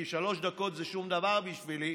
כי שלוש דקות זה שום דבר בשבילי.